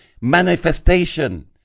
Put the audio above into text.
Manifestation